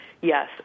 Yes